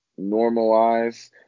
normalize